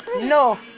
no